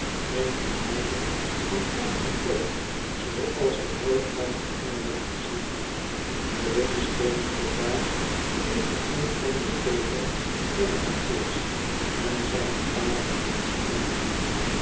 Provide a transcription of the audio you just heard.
een vermijding van elk vertoon zooals ik nooit buiten engeland gezien heb de witte steenen trottoirs geven geen ander teeken van den achilles en zijne twaalfhonderd slaande mannen